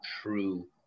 true